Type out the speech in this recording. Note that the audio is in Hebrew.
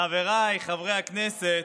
חבריי חברי הכנסת,